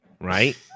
right